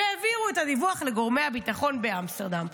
שהעבירו את הדיווח לגורמי הביטחון באמסטרדם.